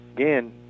Again